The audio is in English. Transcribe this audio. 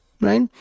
right